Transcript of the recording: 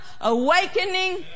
awakening